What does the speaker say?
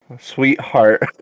Sweetheart